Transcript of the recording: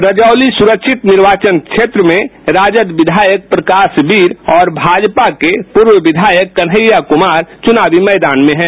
रजौली सुरक्षित क्षेत्र में राजद विधायक प्रकाशवीर और भाजपा के पूर्व विधायक कन्हैया कुमार चुनावी मैदान में हैं